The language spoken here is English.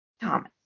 Thomas